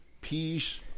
peace